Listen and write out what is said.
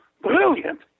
brilliant